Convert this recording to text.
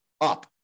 up